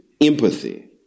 empathy